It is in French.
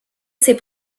ces